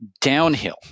downhill